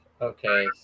okay